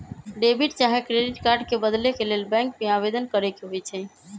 debit चाहे credit card के बदले के लेल बैंक में आवेदन करेके होइ छइ